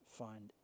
find